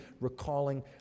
recalling